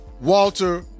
Walter